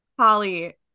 Holly